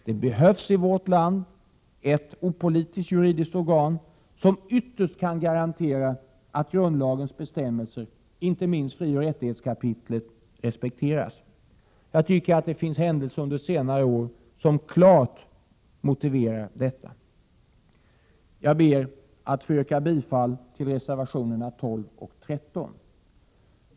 Det behövs i vårt land ett opolitiskt juridiskt organ som ytterst kan garantera att grundlagens bestämmelser — inte minst frioch rättighetskapitlet — respekteras. Jag tycker det förekommit händelser under senare år som klart visat behovet av detta. Jag ber att få yrka bifall till reservationerna 12 och 13.